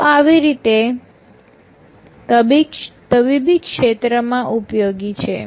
તો આવી રીત તબીબી ક્ષેત્ર માં ઉપયોગી છે